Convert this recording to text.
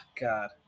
God